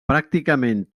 pràcticament